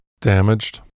damaged